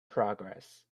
progress